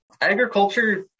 Agriculture